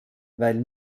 weil